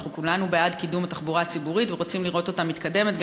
הרי אנחנו כולנו בעד קידום התחבורה הציבורית ורוצים לראות אותה מתקדמת,